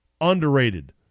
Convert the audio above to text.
underrated